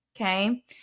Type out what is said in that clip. okay